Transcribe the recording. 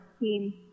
team